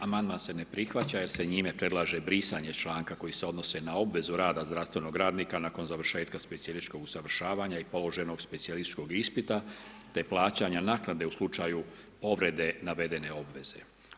Amandman se ne prihvaća jer se njime brisanje članka koji se odnosi na obvezu rada zdravstvenog radnika nakon završetka specijalističkog usavršavanja i položenog specijalističkog ispita te plaćanja naknade u slučaju povrede navede obveze.